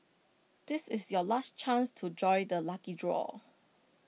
this is your last chance to join the lucky draw